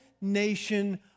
nation